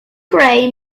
gray